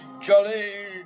jolly